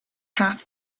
half